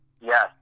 Yes